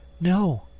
no,